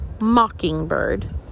Mockingbird